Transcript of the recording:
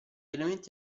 elementi